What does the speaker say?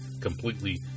completely